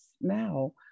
now